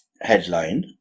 headline